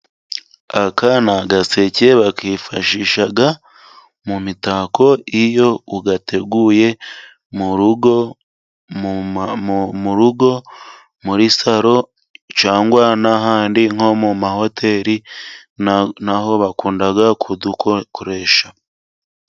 Aka ni agaseke bakifashisha mu mitako, iyo ugateguye mu rugo, muri saro cyangwa n'ahandi nko mu mahoteri, naho bakunda kudukoresha.